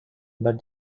but